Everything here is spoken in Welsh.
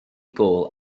gôl